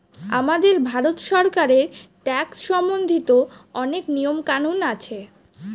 আমাদের ভারত সরকারের ট্যাক্স সম্বন্ধিত অনেক নিয়ম কানুন আছে